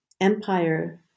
empire